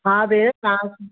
हा भेण तव्हां